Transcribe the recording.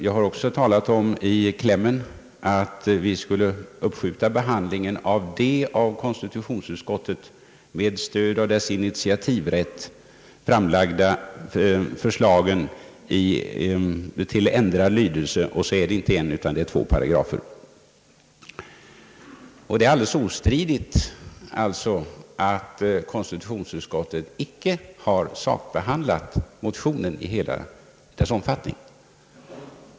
Jag har också i klämmen talat om att vi skulle uppskjuta behandlingen av de av konstitutionsutskottet med stöd av dess initiativrätt framlagda förslagen till ändrad lydelse. Och så gäller det icke en utan två paragrafer. Det är alldeles obestridligt att konstitutionsutskottet icke har sakbehandlat motionen i hela dess omfattning.